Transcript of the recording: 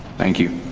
thank you.